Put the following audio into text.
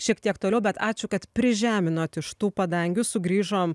šiek tiek toliau bet ačiū kad prižeminot iš tų padangių sugrįžom